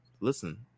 Listen